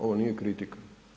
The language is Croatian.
Ovo nije kritika.